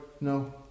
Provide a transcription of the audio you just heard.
no